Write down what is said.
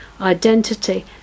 identity